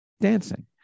dancing